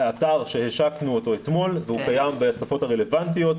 אתר שהשקנו אותו אתמול והוא קיים בשפות הרלוונטיות.